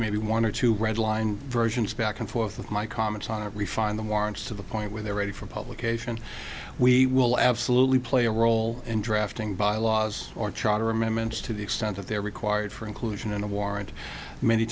maybe one or two red line versions back and forth with my comments on it refine the warrants to the point where they are ready for publication we will absolutely play a role in drafting bylaws or charter amendments to the extent of their required for inclusion in a warrant many